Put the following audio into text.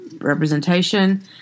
representation